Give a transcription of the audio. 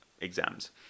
exams